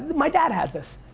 my dad has this,